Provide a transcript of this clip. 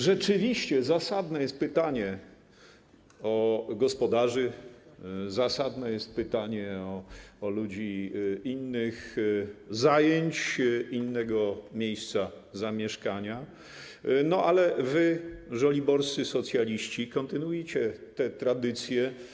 Rzeczywiście zasadne jest pytanie o gospodarzy, zasadne jest pytanie o ludzi innych zajęć, mających inne miejsce zamieszkania, ale wy, żoliborscy socjaliści, kontynuujecie tę tradycję.